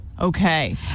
Okay